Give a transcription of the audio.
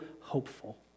hopeful